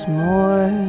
more